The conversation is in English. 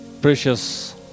Precious